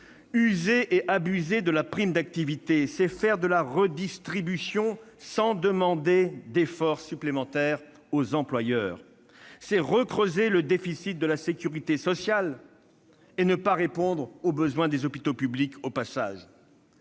User et abuser de la prime d'activité, c'est faire de la redistribution sans demander d'efforts supplémentaires aux employeurs. C'est recreuser le déficit de la sécurité sociale et, au passage, ne pas répondre aux besoins des hôpitaux publics ! Nous